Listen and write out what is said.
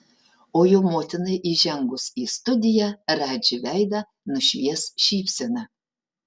o jo motinai įžengus į studiją radži veidą nušvies šypsena